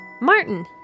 Martin